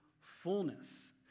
fullness